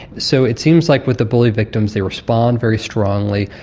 so it seems like with the bully victims they respond very strongly.